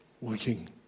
Working